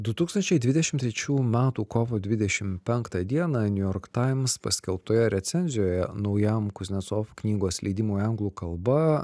du tūkstančiai dvidešim trečių metų kovo dvidešim penktą dieną new york times paskelbtoje recenzijoje naujam kuznecov knygos leidimui anglų kalba